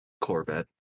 Corvette